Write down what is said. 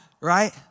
right